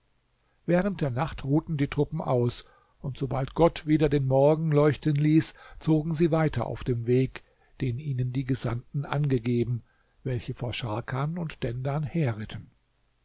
während der nacht ruhten die truppen aus und sobald gott wieder den morgen leuchten ließ zogen sie weiter auf dem weg den ihnen die gesandten angegeben welche vor scharkan und dendan